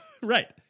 right